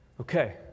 Okay